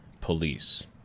police